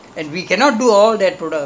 we have three thousand over products